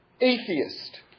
atheist